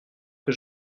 que